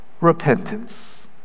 repentance